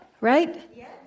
Right